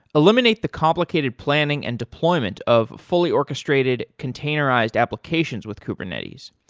eliminate the complicated planning and deployment of fully orchestrated containerized applications with kubernetes.